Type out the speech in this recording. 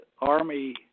Army